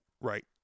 right